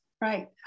right